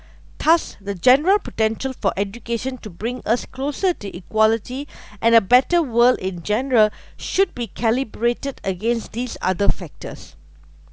thus the general potential for education to bring us closer to equality and a better world in general should be calibrated against these other factors